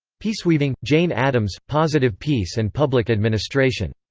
peaceweaving jane addams, positive peace and public administration.